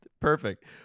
Perfect